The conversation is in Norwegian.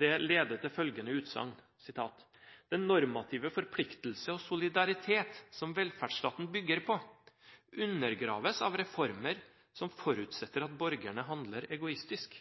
Det leder til følgende utsagn: «Den normative forpliktelse og solidaritet som velferdsstaten bygger på, undergraves av reformer som forutsetter at borgerne handler egoistisk.»